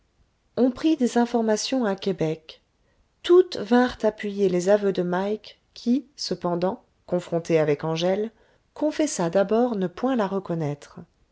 on prit des informations à québec toutes vinrent appuyer les aveux de mike qui cependant confronté avec angèle confessa d'abord ne point la reconnaître